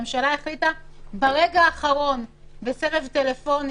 הממשלה החליטה ברגע האחרון, בסבב טלפוני,